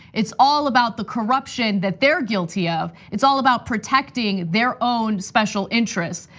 it's all about the corruption that they're guilty of. it's all about protecting their own special interests,